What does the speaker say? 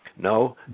No